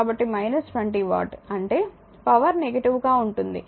కాబట్టి 20 వాట్ అంటే power negative గా ఉంటుంది